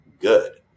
good